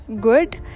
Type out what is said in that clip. good